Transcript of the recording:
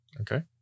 Okay